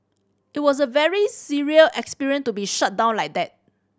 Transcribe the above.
it was a very surreal experience to be shut down like that